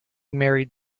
married